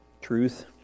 truth